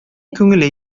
күңеле